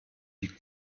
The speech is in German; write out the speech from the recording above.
die